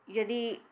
यदि